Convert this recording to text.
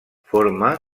forma